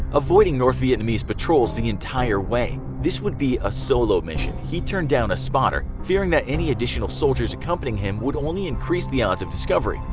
avoiding north vietnamese patrols the entire way. this would be a solo mission, he turned down a spotter fearing that any additional soldiers accompanying him would only increase the odds of discovery.